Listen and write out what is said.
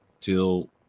till